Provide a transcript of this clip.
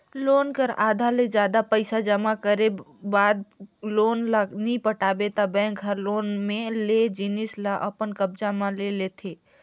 loan कर आधा ले जादा पइसा जमा करे कर बाद लोन ल नी पटाबे ता बेंक हर लोन में लेय जिनिस ल अपन कब्जा म ले लेथे